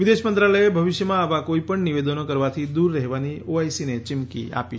વિદેશ મંત્રાલયે ભવિષ્યમાં આવા કોઈપણ નિવેદનો કરવાથી દુર રહેવાની ઓઆઈસીને ચિમકી આપી છે